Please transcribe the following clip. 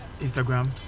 instagram